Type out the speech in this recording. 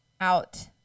out